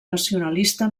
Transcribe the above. nacionalista